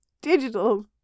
digital